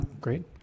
great